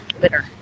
bitter